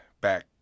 back